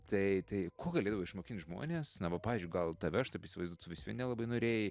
tai tai ko galėdavo išmokint žmones na va pavyzdžiui gal tave aš taip įsivaizduo tu vis vien nelabai norėjai